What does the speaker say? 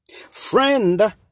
Friend